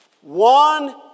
One